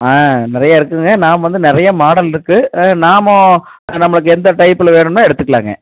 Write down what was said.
ஆ நிறைய இருக்கும்ங்க நாம வந்து நிறைய மாடல் இருக்கு நாமோ நம்மளுக்கு எந்த டைப்பில் வேணும்ன்னா எடுத்துக்கலாம்ங்க